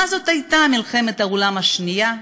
מה זאת הייתה מלחמת העולם השנייה,